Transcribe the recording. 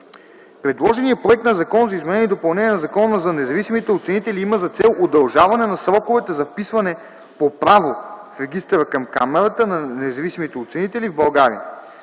Предложеният проект на Закон за изменение и допълнение на Закона за независимите оценители има за цел удължаване на сроковете за вписване по право в регистъра към Камарата на независимите оценители в България.